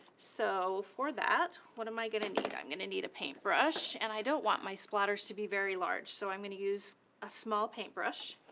so for that, what am i gonna need, i'm gonna need a paint brush. and i don't want my splatters to be very large, so i'm gonna use a small paintbrush